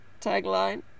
Tagline